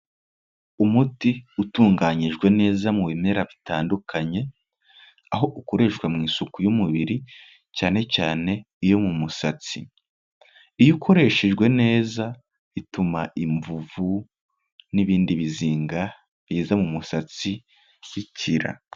Umuti utunganyijwe neza mu bimera bitandukanye aho ukoreshwa mu isuku y'umubiri, cyane cyane iyo mu musatsi, iyo ukoreshejwe neza bituma imvuvu n'ibindi bizinga biza mu musatsi bikira.